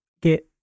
get